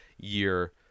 year